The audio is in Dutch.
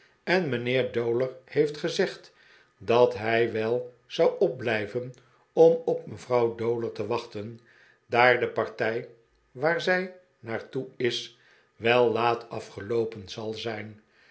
en mijnheer dowler heeft gezegd dat hij wel zou opblijven om op mevrouw dowler te wachten daar de partij waar zij naar toe is wel laat afgeloopen zal zijn